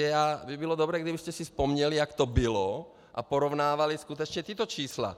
Takže by bylo dobré, kdybyste si vzpomněli, jak to bylo, a porovnávali skutečně tato čísla.